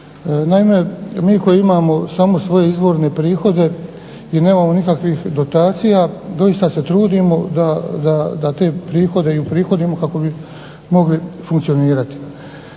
Naime, mi koji imamo samo svoje izvorne prihode i nemamo nikakvih dotacija doista se trudimo da te prihode i uprihodimo kako bi mogli funkcionirati.I